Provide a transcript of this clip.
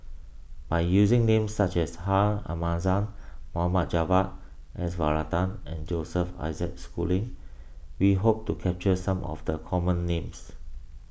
by using names such as Ha Namazie Mohd Javad S Varathan and Joseph Isaac Schooling we hope to capture some of the common names